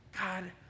God